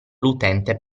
l’utente